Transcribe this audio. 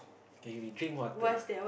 K we drink water